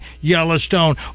Yellowstone